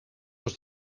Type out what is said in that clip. was